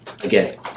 again